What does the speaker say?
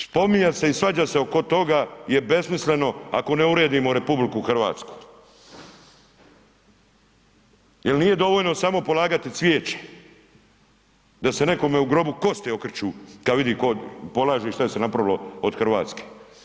Spominjat se i svađat se oko toga je besmisleno ako ne uredimo RH jel nije dovoljno samo polagati cvijeće da se nekome u grobu kosti okreću kada vidi ko polaže i šta je se napravilo od Hrvatske.